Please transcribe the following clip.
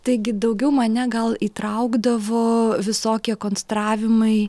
taigi daugiau mane gal įtraukdavo visokie konstravimai